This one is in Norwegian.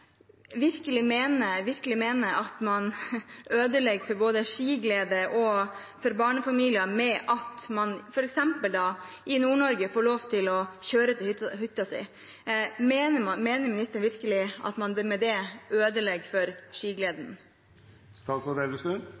virkelig mener at man ødelegger både for skigleden og for barnefamiliene ved at man, f.eks. i Nord-Norge, får lov til å kjøre til hytta si. Mener ministeren virkelig at man med det ødelegger for